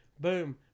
Boom